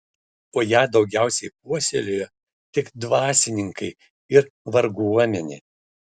o ją daugiausiai puoselėjo tik dvasininkai ir varguomenė